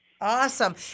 Awesome